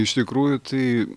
iš tikrųjų tai